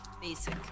basic